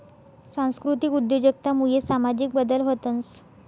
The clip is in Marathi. सांस्कृतिक उद्योजकता मुये सामाजिक बदल व्हतंस